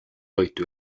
toitu